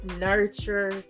nurture